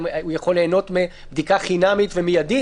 האם הוא יכול ליהנות מבדיקה חינמית ומיידית?